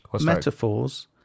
Metaphors